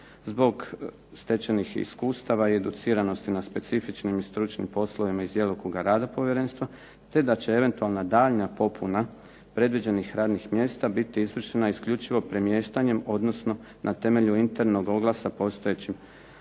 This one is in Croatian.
zbog stečenih iskustava i educiranosti na specifičnim i stručnim poslovima iz djelokruga rada povjerenstva te da će eventualna daljnja popuna predviđenih radnih mjesta biti izvršena isključivo premještanjem, odnosno na temelju internog oglasa postojećim